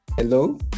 Hello